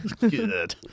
Good